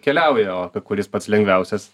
keliauja o apie kuris pats lengviausias